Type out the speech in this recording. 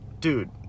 Dude